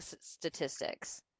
statistics